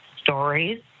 stories